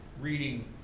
reading